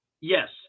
Yes